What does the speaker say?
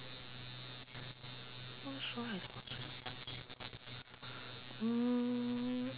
mm